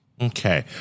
Okay